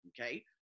okay